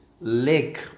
leg